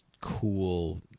cool